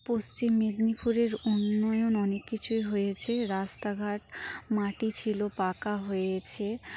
পশ্চিম মেদিনীপুরের উন্নয়ন অনেক কিছুই হয়েছে রাস্তাঘাট মাটি ছিল পাকা হয়েছে